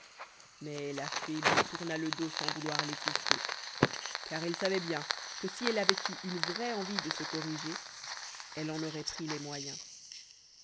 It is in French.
mais la fée lui tourna le dos sans vouloir l'écouter car elle savait bien que si elle avait eu une vraie envie de se corriger elle en aurait pris les moyens